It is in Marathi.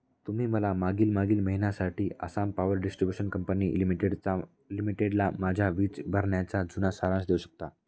तुम्ही मला मागील मागील महिन्यासाठी आसाम पॉवर डिस्ट्र्रीब्युशन कंपनी लिमिटेडचा लिमिटेडला माझ्या वीज भरण्याचा जुना सारांश देऊ शकता